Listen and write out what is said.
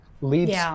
leads